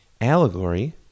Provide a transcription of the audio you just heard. Allegory